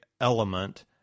element